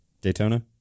Daytona